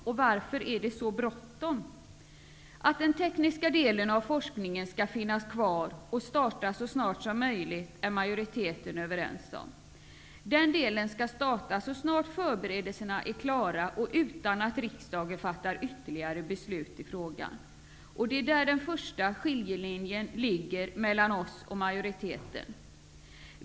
Och varför är det så bråttom? Att den tekniska delen av forskningen skall finnas kvar och starta så snart som möjligt är majoriteten överens om. Den delen skall starta så snart förberedelserna är klara och utan att riksdagen fattar ytterligare beslut i frågan. Där ligger den första skiljelinjen mellan oss och majoriteten.